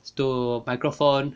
to microphone